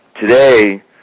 today